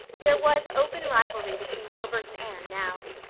there was open rivalry between gilbert and anne now.